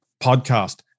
podcast